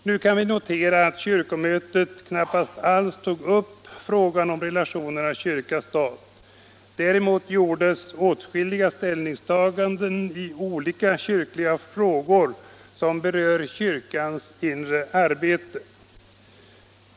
Nu kan vi notera att kyrkomötet knappast alls tog upp frågan om relationerna kyrka-stat. Däremot gjordes åtskilliga ställningstaganden i olika kyrkliga frågor som berör kyrkans inre arbete.